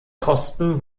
kosten